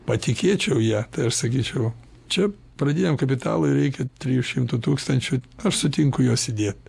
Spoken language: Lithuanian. patikėčiau ja aš sakyčiau čia pradiniam kapitalui reikia trijų šimtų tūkstančių aš sutinku juos įdėt